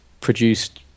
produced